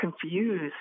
confused